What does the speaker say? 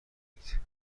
کنید